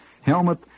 helmet